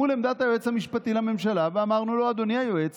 מול עמדת היועץ המשפטי לממשלה ואמרנו לו: אדוני היועץ,